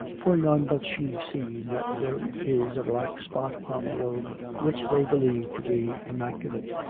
for none but she sees that there is a black spot upon the robe which they believe to be immaculate.